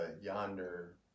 yonder